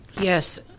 Yes